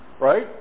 right